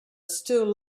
still